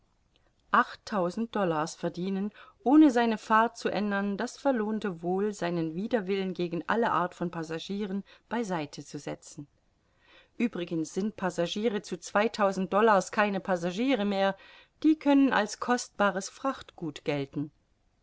achttausend dollars verdienen ohne seine fahrt zu ändern das verlohnte wohl seinen widerwillen gegen alle art von passagieren bei seite zu setzen uebrigens sind passagiere zu zweitausend dollars keine passagiere mehr die können als kostbares frachtgut gelten